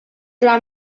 dla